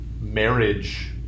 marriage